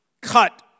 cut